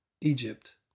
Egypt